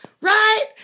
Right